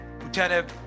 Lieutenant